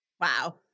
Wow